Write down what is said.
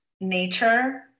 nature